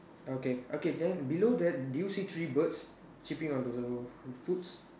okay okay then below that do you see three birds sipping on to the food